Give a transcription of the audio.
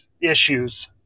issues